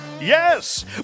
Yes